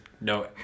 no